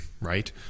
right